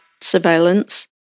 surveillance